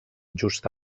just